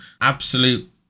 absolute